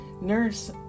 nurse